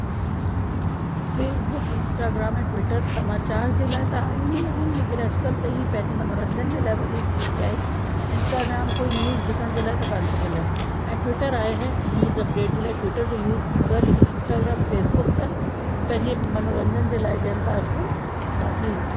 Facebook Instagram ऐं Twitter समाचार जे लाइ त आहिनि ई आहिनि लेकिन अॼुकल्ह त इहे पंहिंजे मनोरंजन जे लाए वधीक थी विया आहिनि इंस्टाग्राम कोई न्यूज़ ॾिसण जे लाइ त कोन थो हलाए ऐं ट्विटर आहे हर न्यूज़ अपडेट जे लाइ ट्विटर जो यूस थींदो आहे लेकिन इंस्टाग्राम ऐं फेसबुक त पंहिंजे मनोरंजन जे लाइ ॾियनि था अॼुकल्ह बाक़ी